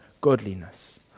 godliness